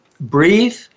breathe